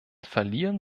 verlieren